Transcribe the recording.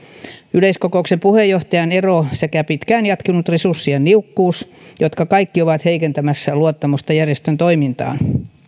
yleiskokouksen puheenjohtajan ero sekä pitkään jatkunut resurssien niukkuus jotka kaikki ovat heikentämässä luottamusta järjestön toimintaan